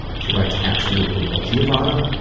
she writes absolutely. well giovanna,